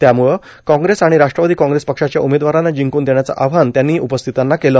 त्यामुळं काँग्रेस आणि राष्ट्रवादी काँग्रेस पक्षाच्या उमेदवाराला जिंकून देण्याचं आवाहन त्यांनी उपस्थितांना केलं